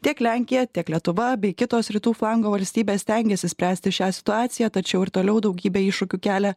tiek lenkija tiek lietuva bei kitos rytų flango valstybės stengiasi spręsti šią situaciją tačiau ir toliau daugybę iššūkių kelia